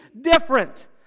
different